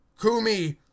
Kumi